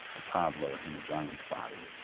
a toddler in a giant's body.